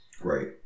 Right